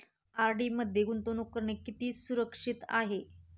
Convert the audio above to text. RD मध्ये गुंतवणूक करणे किती सुरक्षित आहे?